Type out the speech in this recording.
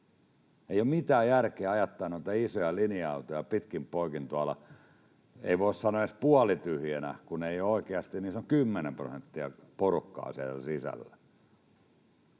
Ei ole mitään järkeä ajattaa isoja linja-autoja pitkin poikin tuolla — ei voi sanoa edes, että puolityhjänä, kun oikeasti niissä on kymmenen prosenttia porukkaa sisällä.